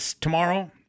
tomorrow